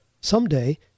someday